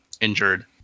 injured